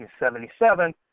1977